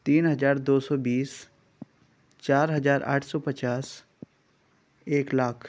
تین ہزار دو سو بیس چار ہزار آٹھ سو پچاس ایک لاکھ